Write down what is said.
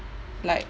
like